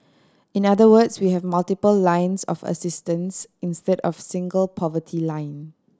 in other words we have multiple lines of assistance instead of single poverty line